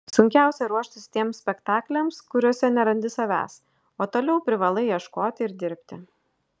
sunkiausia ruoštis tiems spektakliams kuriuose nerandi savęs o toliau privalai ieškoti ir dirbti